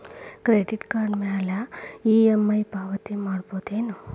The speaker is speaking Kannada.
ಕ್ರೆಡಿಟ್ ಕಾರ್ಡ್ ಮ್ಯಾಲೆ ಇ.ಎಂ.ಐ ಪಾವತಿ ಮಾಡ್ಬಹುದೇನು?